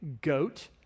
goat